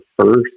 first